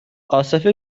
عاصف